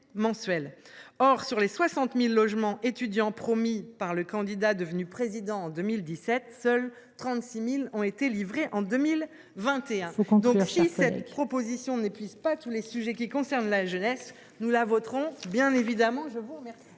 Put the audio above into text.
Or, sur les 60 000 logements étudiants promis par le candidat devenu président en 2017, seuls 36 000 ont été livrés en 2021. Si cette proposition de loi n’épuise donc pas l’ensemble des sujets concernant la jeunesse, nous la voterons bien évidemment. La parole